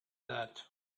that